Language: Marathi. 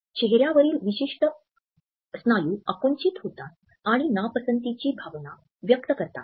चेहऱ्यावरील विशिष्ट आकुंचित होतात आणि नापसंतीची भावना व्यक्त करतात